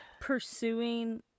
pursuing